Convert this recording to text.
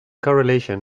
correlation